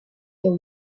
their